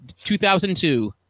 2002